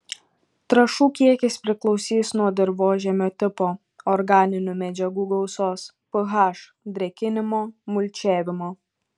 trąšų kiekis priklausys nuo dirvožemio tipo organinių medžiagų gausos ph drėkinimo mulčiavimo